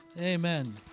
Amen